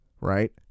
right